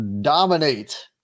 dominate